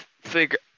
figure